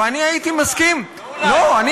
ואני הייתי מסכים, לא אולי, לא אולי.